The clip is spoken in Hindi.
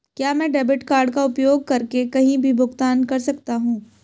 क्या मैं डेबिट कार्ड का उपयोग करके कहीं भी भुगतान कर सकता हूं?